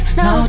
no